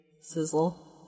sizzle